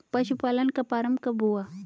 पशुपालन का प्रारंभ कब हुआ?